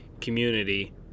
community